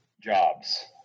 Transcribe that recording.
jobs